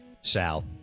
south